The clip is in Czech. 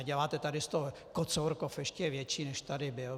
Děláte tady z toho kocourkov ještě větší, než tady byl.